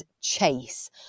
Chase